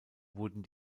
wurden